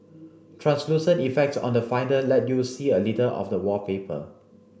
translucent effects on the Finder let you see a little of the wallpaper